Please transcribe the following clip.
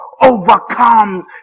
overcomes